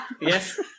Yes